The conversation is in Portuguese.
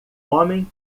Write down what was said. homem